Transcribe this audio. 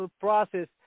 process